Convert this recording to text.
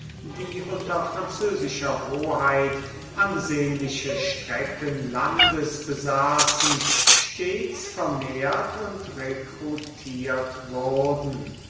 die unter französischer hoheit ansehnliche strecken landes besaßen stets vermehrt und rekrutiert wurden